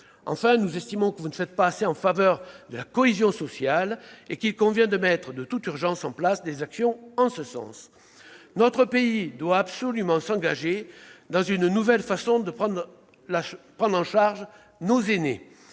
aujourd'hui. Parce que vous ne faites pas assez en faveur de la cohésion sociale, il convient de mettre de toute urgence en place des actions en ce sens. Notre pays doit absolument s'engager dans une nouvelle manière de penser la prise en charge de nos aînés.